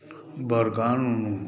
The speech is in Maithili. वरदानो